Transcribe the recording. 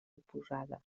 oposada